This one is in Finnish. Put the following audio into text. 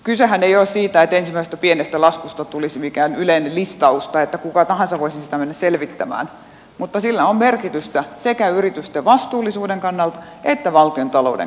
kysehän ei ole siitä että ensimmäisestä pienestä laskusta tulisi mikään yleinen listaus tai että kuka tahansa voisi sitä mennä selvittämään mutta sillä on merkitystä sekä yritysten vastuullisuuden kannalta että valtiontalouden kannalta